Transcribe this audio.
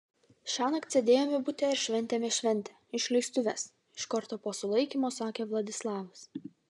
šiąnakt sėdėjome bute ir šventėme šventę išleistuves iš karto po sulaikymo sakė vladislavas